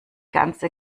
ganze